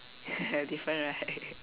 different right